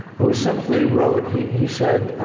who simply wrote, he, he said,